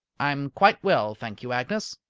i am quite well, thank you, agnes,